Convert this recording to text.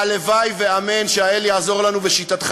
והלוואי ואמן שהאל יעזור לנו ושיטתך